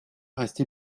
rester